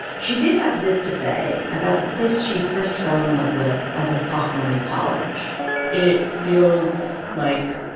she did have this to say about the place she first fell in love with as a sophomore in college it feels like